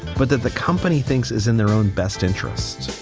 but that the company thinks is in their own best interest.